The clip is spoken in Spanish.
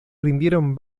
rindieron